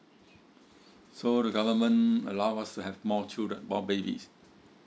so the government allow us to have more children more babies